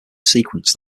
sequence